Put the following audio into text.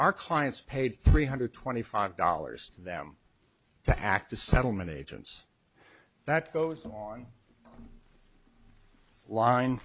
are clients paid three hundred twenty five dollars for them to act a settlement agents that goes on line